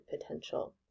potential